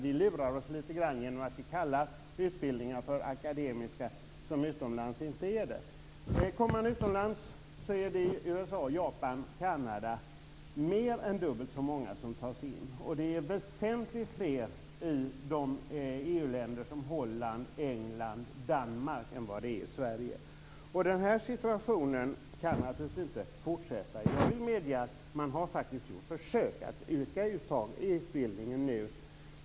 Vi lurar oss litet grand genom att vi kallar utbildningar för akademiska som utomlands inte är det. Kommer man utomlands är det i USA, Japan och Kanada mer än dubbelt så många som tas in, och det är väsentligt fler i EU-länder som Holland, England och Danmark än vad det är i Sverige. Den här situationen kan naturligtvis inte fortsätta. Jag medger att man faktiskt har gjort försök att öka utbildningen.